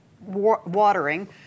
watering